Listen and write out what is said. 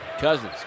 Cousins